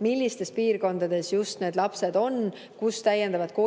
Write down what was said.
millistes piirkondades just need lapsed on, kus ja millistes